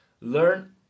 Learn